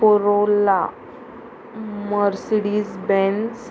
Corolla Mercedes Benz